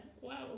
wow